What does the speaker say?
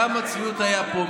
כמה צביעות הייתה פה,